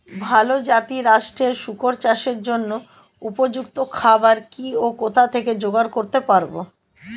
ভালো জাতিরাষ্ট্রের শুকর চাষের জন্য উপযুক্ত খাবার কি ও কোথা থেকে জোগাড় করতে পারব?